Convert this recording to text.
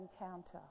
encounter